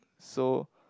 so